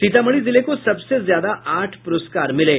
सीतामढ़ी जिले को सबसे ज्यादा आठ प्रस्कार मिले